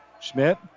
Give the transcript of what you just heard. Schmidt